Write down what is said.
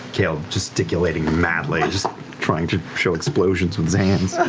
caleb gesticulating madly, just trying to show explosions with his hands.